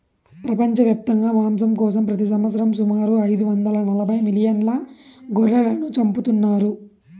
ప్రపంచవ్యాప్తంగా మాంసం కోసం ప్రతి సంవత్సరం సుమారు ఐదు వందల నలబై మిలియన్ల గొర్రెలను చంపుతున్నారు